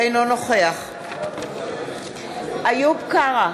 אינו נוכח איוב קרא,